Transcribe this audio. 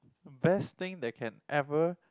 best thing that can ever